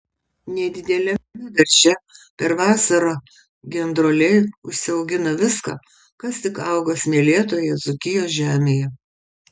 nedideliame darže per vasarą gendroliai užsiaugina viską kas tik auga smėlėtoje dzūkijos žemėje